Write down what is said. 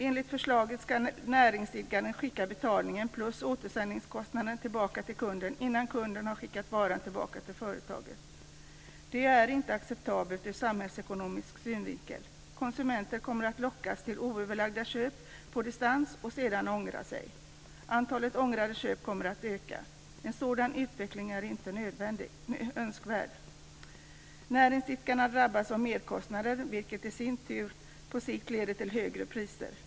Enligt förslaget ska näringsidkaren skicka betalningen, plus återsändningskostnaden, tillbaka till kunden innan kunden har skickat varan tillbaka till företaget. Det är inte acceptabelt ur samhällsekonomisk synvinkel. Konsumenter kommer att lockas till oöverlagda köp på distans som de sedan ångrar. Antalet ångrade köp kommer att öka. En sådan utveckling är inte önskvärd. Näringsidkarna drabbas av merkostnader, vilket i sin tur på sikt leder till högre priser.